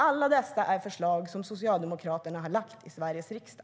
Alla dessa är förslag som Socialdemokraterna har lagt fram i Sveriges riksdag.